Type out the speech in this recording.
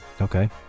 Okay